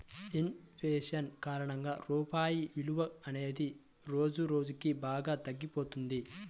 in fashion కారణంగా రూపాయి విలువ అనేది రోజురోజుకీ బాగా తగ్గిపోతున్నది